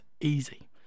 easy